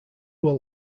were